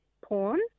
porn